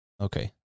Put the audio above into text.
Okay